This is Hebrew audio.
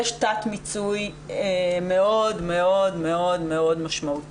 יש תת מיצוי מאוד מאוד משמעותי.